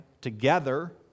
together